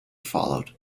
followed